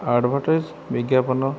advertise ବିଜ୍ଞାପନ